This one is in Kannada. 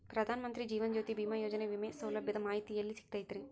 ಪ್ರಧಾನ ಮಂತ್ರಿ ಜೇವನ ಜ್ಯೋತಿ ಭೇಮಾಯೋಜನೆ ವಿಮೆ ಸೌಲಭ್ಯದ ಮಾಹಿತಿ ಎಲ್ಲಿ ಸಿಗತೈತ್ರಿ?